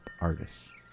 artists